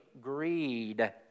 greed